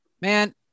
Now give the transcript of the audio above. Man